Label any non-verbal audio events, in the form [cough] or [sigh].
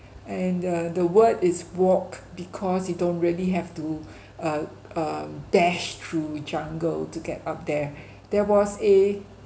and the the word is walk because you don't really have to [breath] uh um dashed through jungle to get up there there was a